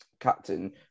captain